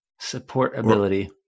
Supportability